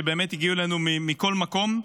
שבאמת הגיעו אלינו מכל מקום,